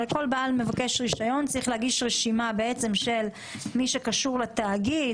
הרי כל בעל רישיון צריך להגיש רשימה של מי שקשור לתאגיד,